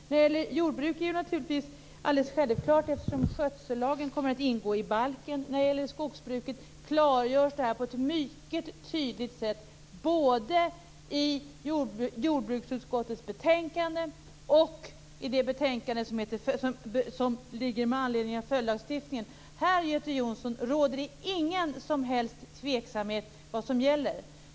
När det gäller jordbruket är det självklart, eftersom skötsellagen kommer att ingå i balken. När det gäller skogsbruket klargörs det här på ett mycket tydligt sätt, både i jordbruksutskottets betänkande och i det betänkande som ligger med anledning av följdlagstiftningen. Här råder det ingen som helst tveksamhet om vad som gäller, Göte Jonsson.